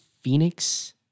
Phoenix